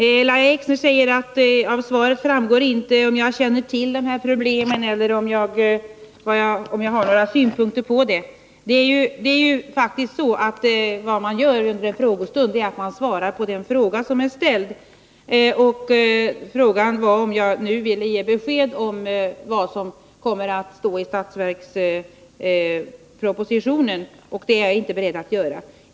Herr talman! Lahja Exner säger att det inte framgår av svaret om jag känner till de här problemen eller om jag har några synpunkter på dem. Det är faktiskt så att vad man gör under en frågestund är att man svarar på den fråga som är ställd. Frågan var om jag nu ville ge besked om vad som kommer att stå i budgetpropositionen — och det är jag inte beredd att göra.